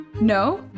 No